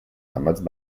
damaged